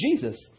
Jesus